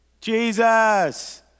Jesus